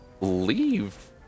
leave